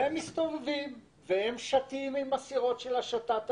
הם מסתובבים והם שטים עם הסירות של השטת הנוסעים.